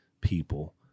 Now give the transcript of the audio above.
people